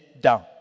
down